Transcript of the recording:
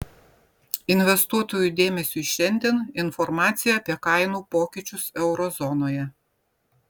investuotojų dėmesiui šiandien informacija apie kainų pokyčius euro zonoje